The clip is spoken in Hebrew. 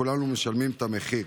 כולנו משלמים את המחיר.